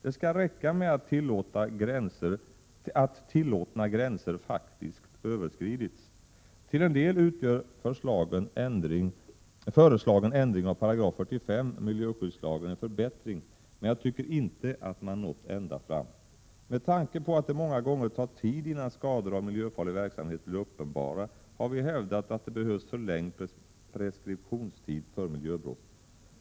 Det skall räcka med att tillåtna gränser faktiskt överskridits. Till en del utgör föreslagen ändring av 45 § miljöskyddslagen en förbättring, men jag tycker inte att man nått ända fram. Med tanke på att det många gånger tar tid innan skador av miljöfarlig verksamhet blir uppenbara, har vi hävdat att det behövs förlängd preskriptionstid för miljöbrott.